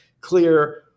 clear